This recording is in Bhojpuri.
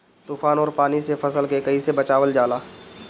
तुफान और पानी से फसल के कईसे बचावल जाला?